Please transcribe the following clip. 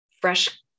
fresh